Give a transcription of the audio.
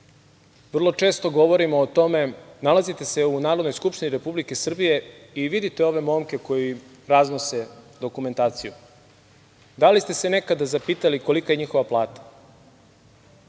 vrlo često govorimo o tome, nalazite se u Narodnoj skupštini Republike Srbije i vidite ove momke koji raznose dokumentaciju. Da li ste se nekada zapitali kolika je njihova plata?